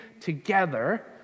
together